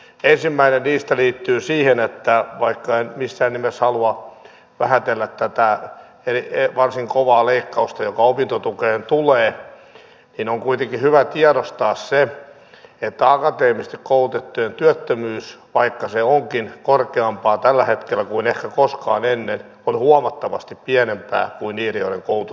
ensimmäinen niistä liittyy siihen että vaikka en missään nimessä halua vähätellä tätä varsin kovaa leikkausta joka opintotukeen tulee niin on kuitenkin hyvä tiedostaa se että akateemisesti koulutettujen työttömyys vaikka se onkin korkeampi tällä hetkellä kuin ehkä koskaan ennen on huomattavasti pienempi kuin niiden joiden koulutus on alempi